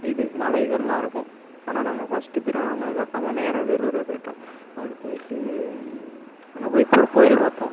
இது மலைகள் எல்லாம் இருக்கும் ஆனால் நாங்கள் ஃபஸ்ட்டு திருவண்ணாமலை பாக்காமல் நேரா வேலூர் போய்ட்டோம் அப்படி போய்ட்டு அங்கே போய் பொற்கோயில் பார்த்தோம்